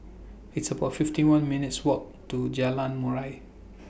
It's about fifty one minutes' Walk to Jalan Murai